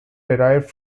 derived